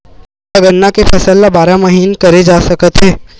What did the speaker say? का गन्ना के फसल ल बारह महीन करे जा सकथे?